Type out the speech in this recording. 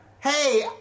Hey